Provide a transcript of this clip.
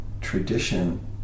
tradition